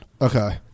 Okay